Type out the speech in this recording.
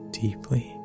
deeply